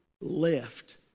left